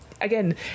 again